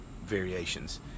variations